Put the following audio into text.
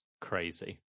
crazy